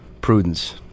prudence